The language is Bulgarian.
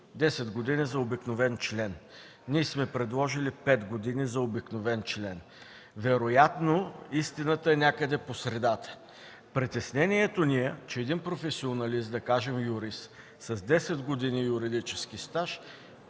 10 години за обикновен член. Ние сме предложили 5 години за обикновен член. Вероятно истината е някъде по средата. Притеснението ни е, че един професионалист, да кажем юрист с 10 години юридически стаж,